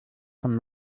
von